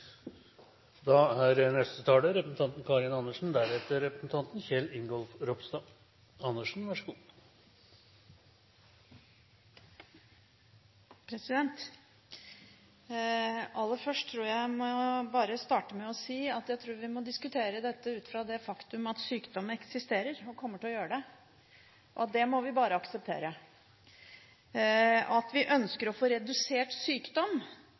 Aller først må jeg starte med å si at jeg tror vi må diskutere dette ut fra det faktum at sykdom eksisterer, at det kommer til å gjøre det, og det må vi bare akseptere. At vi først og fremst ønsker å få redusert sykdom,